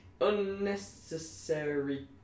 unnecessary